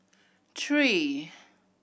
three